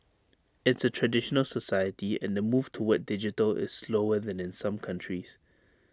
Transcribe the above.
it's A traditional society and the move toward digital is slower than in some countries